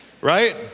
right